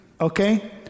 Okay